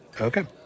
Okay